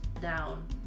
down